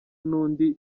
n’undi